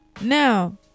now